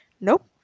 Nope